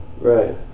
Right